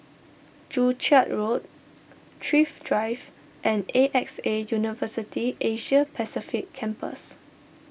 Joo Chiat Road Thrift Drive and A X A University Asia Pacific Campus